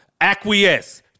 acquiesce